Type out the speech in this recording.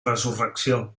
resurrecció